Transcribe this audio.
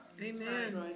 Amen